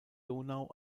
donau